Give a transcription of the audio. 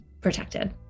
protected